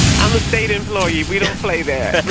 i'm a state employee. we don't play there